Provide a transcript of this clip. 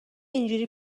اینجوری